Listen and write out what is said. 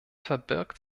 verbirgt